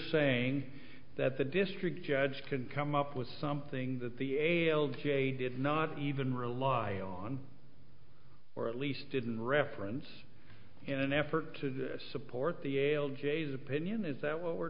saying that the district judge could come up with something that the ailed ga did not even rely on or at least didn't reference in an effort to support the ale jay's opinion is that what we're